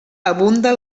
abunda